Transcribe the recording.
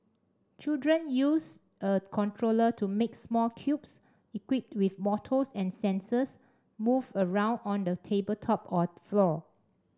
children use a controller to make small cubes equipped with motors and sensors move around on a tabletop or floor